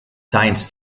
science